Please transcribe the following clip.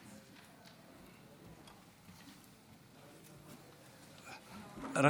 רק